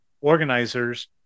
organizers